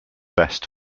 best